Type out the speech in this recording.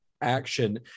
action